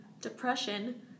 depression